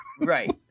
Right